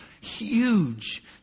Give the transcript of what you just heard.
huge